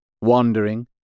wandering